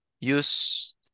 use